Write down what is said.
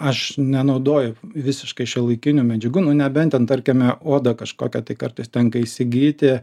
aš nenaudoju visiškai šiuolaikinių medžiagų nu nebent ten tarkime odą kažkokią tai kartais tenka įsigyti